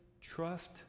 Trust